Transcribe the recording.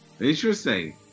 Interesting